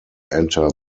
enter